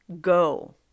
go